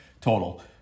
total